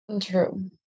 True